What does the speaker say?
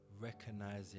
recognizing